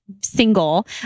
single